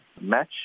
match